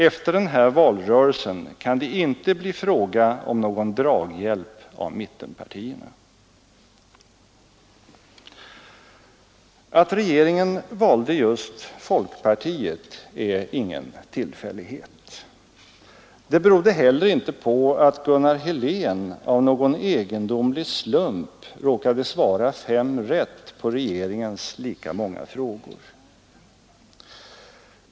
Efter den här valrörelsen kan det inte bli fråga om någon draghjälp av mittenpartierna.” Att regeringen valde just folkpartiet är ingen tillfällighet. Det berodde heller inte på att Gunnar Helén av någon egendomlig slump råkade svara fem rätt på regeringens lika många frågor.